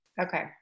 Okay